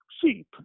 sheep